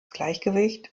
gleichgewicht